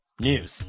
News